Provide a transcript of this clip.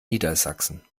niedersachsen